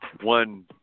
one